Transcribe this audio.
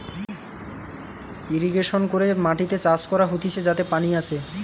irrigation করে মাটিতে চাষ করা হতিছে যাতে পানি আসে